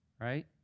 Right